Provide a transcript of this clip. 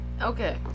okay